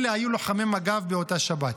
אלה היו לוחמי מג"ב באותה שבת.